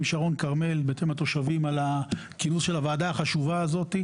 שרון-כרמל ולתושבים על הכינוס של הוועדה הזאת.